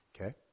Okay